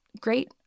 great